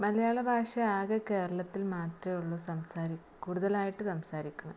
മലയാള ഭാഷ ആകെ കേരളത്തിൽ മാത്രമേ ഉള്ളു സംസാരിക്കാൻ കൂടുതലായിട്ട് സംസാരിക്കുന്നത്